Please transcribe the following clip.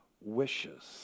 wishes